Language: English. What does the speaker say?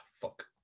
fuck